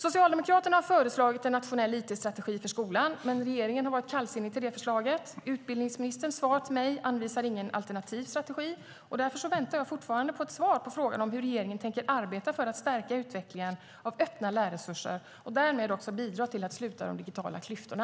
Socialdemokraterna har förslagit en nationell it-strategi för skolan, men regeringen har varit kallsinnig till det förslaget. Utbildningsministerns svar till mig anvisar ingen alternativ strategi. Därför väntar jag fortfarande på ett svar på frågan om hur regeringen tänker arbeta för att stärka utvecklingen av öppna lärresurser och därmed också bidra till att sluta de digitala klyftorna.